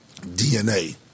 DNA